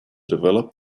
develop